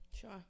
Sure